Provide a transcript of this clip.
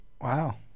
Wow